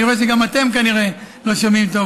אני רואה שגם אתם כנראה לא שומעים טוב,